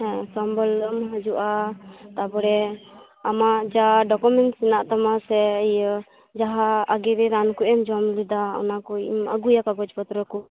ᱦᱮᱸ ᱥᱚᱢᱵᱟᱨ ᱦᱤᱞᱳᱜᱼᱮᱢ ᱦᱤᱡᱩᱜ ᱟ ᱛᱟᱯᱚᱨᱮ ᱟᱢᱟᱜ ᱡᱟᱦᱟᱸ ᱰᱚᱠᱩᱢᱮᱱᱰᱥ ᱦᱮᱱᱟᱜ ᱛᱟᱢᱟ ᱥᱮ ᱤᱭᱟᱹ ᱡᱟᱦᱟᱸ ᱟᱜᱮᱨᱮ ᱨᱟᱱ ᱠᱚᱢ ᱡᱚᱢ ᱞᱮᱫᱟ ᱚᱱᱟ ᱠᱚᱢ ᱟ ᱜᱩᱭᱟ ᱠᱟᱜᱚᱡᱽ ᱯᱟᱛᱨᱚ ᱠᱚ